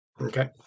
Okay